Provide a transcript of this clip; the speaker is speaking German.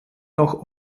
noch